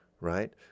right